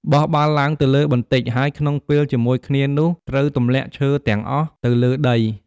បោះបាល់ឡើងទៅលើបន្តិច ហើយក្នុងពេលជាមួយគ្នានោះត្រូវទម្លាក់ឈើទាំងអស់ទៅលើដី។